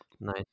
Nice